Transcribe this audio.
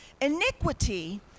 Iniquity